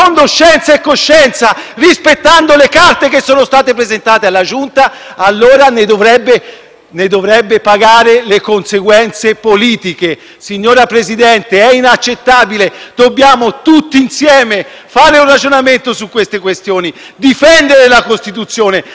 ne dovrebbe pagare le conseguenze politiche. Signor Presidente, ciò è inaccettabile. Dobbiamo tutti insieme fare un ragionamento su tali questioni e difendere la Costituzione, il Senato della Repubblica e il nostro ruolo, a tutela della democrazia. Purtroppo,